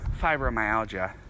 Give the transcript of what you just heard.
fibromyalgia